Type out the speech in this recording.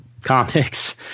Comics